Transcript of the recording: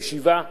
ישיבה.